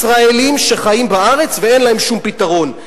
ישראלים, שחיים בארץ ואין להם שום פתרון.